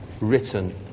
written